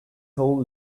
whole